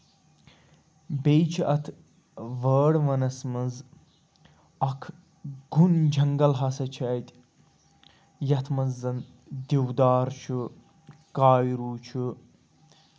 بیٚیہِ چھُ اَتھ وٲڈوَنَس منٛز اکھ گوٚن جنگَل ہسا چھُ اَتہِ یَتھ منٛز زَن دٮ۪ودار چھُ کاوِروٗ چھُ